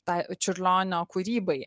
tai čiurlionio kūrybai